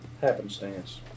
Happenstance